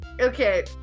Okay